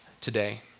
today